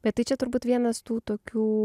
bet tai čia turbūt vienas tų tokių